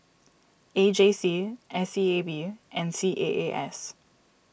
A J C S E A B and C A A S